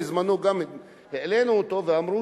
בזמננו גם העלינו אותו ואמרו,